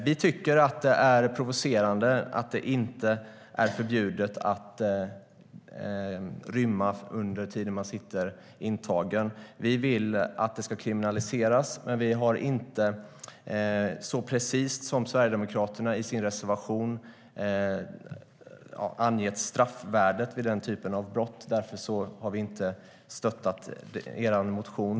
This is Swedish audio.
Vi tycker att det är provocerande att det inte är förbjudet att rymma under den tid man sitter intagen. Vi vill att det ska kriminaliseras, men vi har inte så precist som Sverigedemokraterna i sin reservation angett straffvärdet för den typen av brott. Därför har vi inte stöttat er motion.